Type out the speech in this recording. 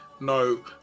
No